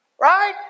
right